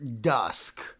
dusk